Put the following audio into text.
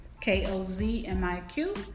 K-O-Z-M-I-Q